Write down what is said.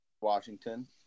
Washington